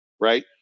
right